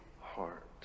heart